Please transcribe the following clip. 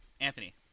Anthony